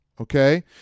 Okay